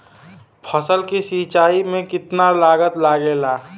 फसल की सिंचाई में कितना लागत लागेला?